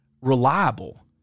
reliable